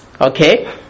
Okay